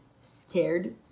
scared